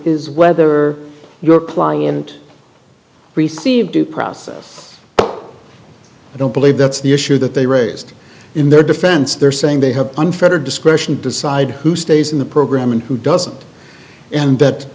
is whether your client receive due process but i don't believe that's the issue that they raised in their defense they're saying they have unfettered discretion to decide who stays in the program and who doesn't and that